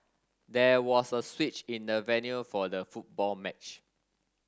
there was a switch in the venue for the football match